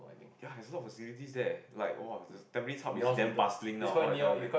ya there's a lot of facilities there like !wah! Tampines Hub is damn buzzing now what the hell man